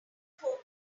homework